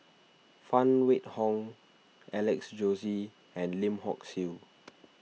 Phan Wait Hong Alex Josey and Lim Hock Siew